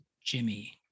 Jimmy